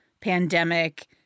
pandemic